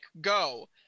go